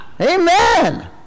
Amen